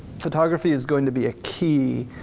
photography is going to be a key,